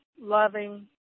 loving